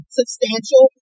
substantial